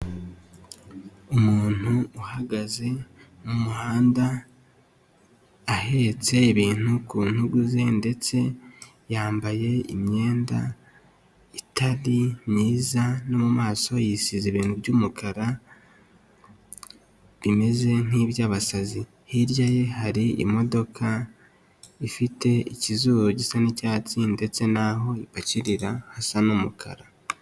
Umuntu uhagaze mu muhanda ahetse ibintu ku ntugu ze ndetse yambaye imyenda itari myiza no mu maso y'isize ibintu by'umukara bimeze nk'iby'abasazi, hirya ye hari imodoka ifite ikizuru gisa n'icyatsi ndetse naho ipakirira hasa n'umukara.